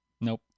Nope